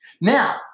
Now